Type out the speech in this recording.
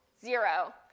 Zero